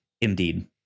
indeed